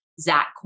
Zach